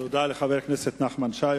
תודה לחבר הכנסת נחמן שי.